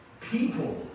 People